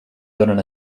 donen